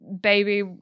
baby